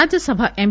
Rajya Sabha ఎం